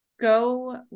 Go –